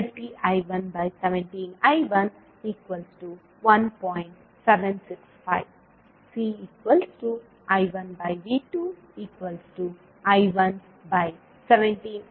765 C I1V2I117I1 0